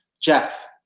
Jeff